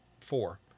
Four